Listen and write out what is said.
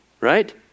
right